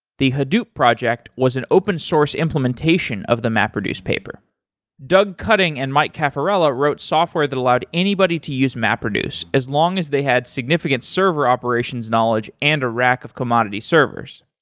the hadoop project was an open source implementation of the mapreduce. doug cutting and mike cafarella wrote software that allowed anybody to use mapreduce as long as they had significant server operations knowledge and a rack of commodity servers.